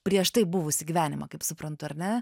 prieš tai buvusį gyvenimą kaip suprantu ar ne